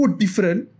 different